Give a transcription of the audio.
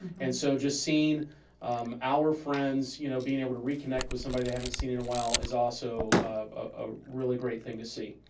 and so just seeing um our friends, you know being able to reconnect with somebody they haven't seen in a while is also a really great thing to see.